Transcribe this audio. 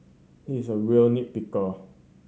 he is a real nit picker